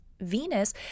Venus